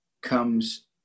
comes